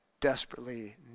desperately